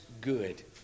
good